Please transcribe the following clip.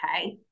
okay